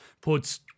puts